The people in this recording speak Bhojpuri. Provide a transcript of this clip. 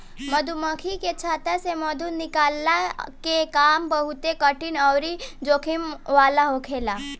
मधुमक्खी के छत्ता से मधु निकलला के काम बहुते कठिन अउरी जोखिम वाला होखेला